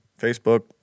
Facebook